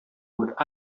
with